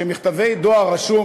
שמכתבים בדואר רשום,